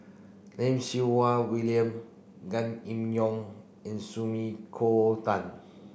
Lim Siew Wai William Gan Kim Yong and Sumiko Tan